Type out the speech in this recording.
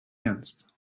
ernst